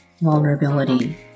vulnerability